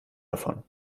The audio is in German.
davon